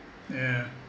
yeah